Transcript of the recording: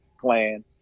plan